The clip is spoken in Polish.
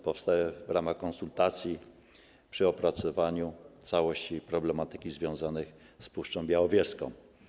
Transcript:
Powstały one w ramach konsultacji przy opracowywaniu całości problematyki związanej z Puszczą Białowieską.